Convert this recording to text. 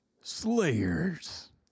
Slayers